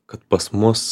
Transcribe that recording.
kad pas mus